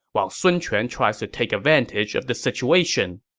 while sun quan tries to take advantage of the situation.